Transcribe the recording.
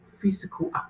physical